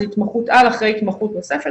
זה התמחות-על אחרי התמחות נוספת,